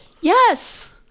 yes